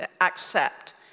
Accept